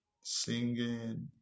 singing